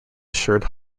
assured